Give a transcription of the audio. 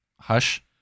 hush